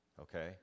Okay